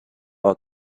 are